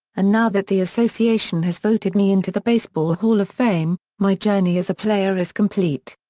and now that the association has voted me into the baseball hall of fame, my journey as a player is complete.